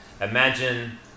Imagine